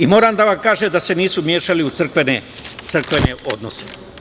I moram da vam kažem da se nisu mešali u crkvene odnose.